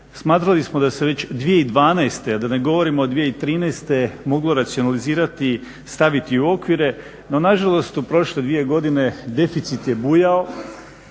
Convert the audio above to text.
smatrali smo da se već 2012. a da ne govorimo 2013. moglo racionalizirati, staviti u okvire, no nažalost u prošle dvije godine deficit je bujao.